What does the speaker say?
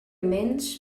mens